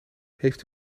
heeft